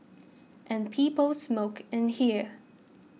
and people smoked in there